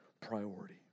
priority